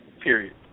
Period